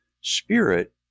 spirit